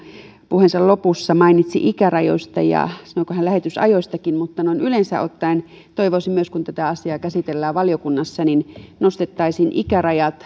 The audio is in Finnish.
puheensa lopussa mainitsi ikärajoista ja sanoiko hän lähetysajoistakin mutta noin yleensä ottaen toivoisin myös kun tätä asiaa käsitellään valiokunnassa että nostettaisiin ikärajat